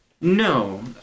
No